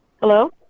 Hello